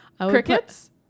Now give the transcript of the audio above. Crickets